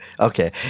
Okay